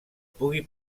pugui